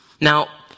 Now